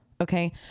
Okay